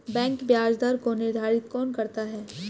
Bank ब्याज दर को निर्धारित कौन करता है?